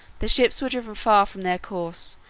the ships were driven far from their course,